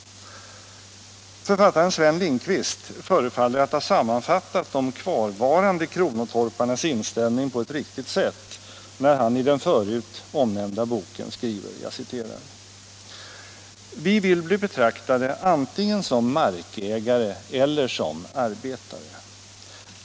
Författaren Sven Lindqvist förefaller att ha sammanfattat de kvarvarande kronotorparnas inställning på ett riktigt sätt när han i den förut omnämnda boken skriver om dem: ”Vi vill bli betraktade antingen som markägare eller som arbetare.